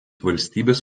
valstybės